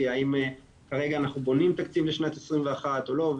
אם אנחנו כרגע בונים תקציב לשנת 2021 או לא,